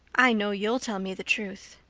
i know you'll tell me the truth.